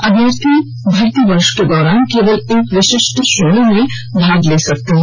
अभ्यर्थी भर्ती वर्ष के दौरान केवल एक विशिष्ट श्रेणी में भाग ले सकते हैं